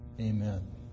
Amen